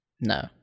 no